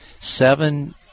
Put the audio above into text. seven